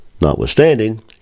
Notwithstanding